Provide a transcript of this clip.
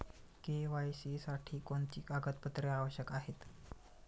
KYC साठी कोणती कागदपत्रे आवश्यक आहेत?